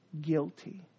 guilty